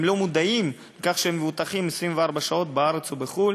הם לא מודעים לכך שהם מבוטחים 24 שעות בארץ ובחו"ל.